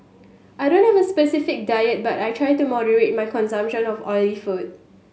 I don't have a specific diet but I try to moderate my consumption of oily food